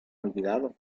olvidado